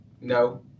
No